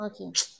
Okay